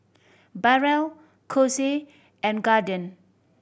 Barrel Kose and Guardian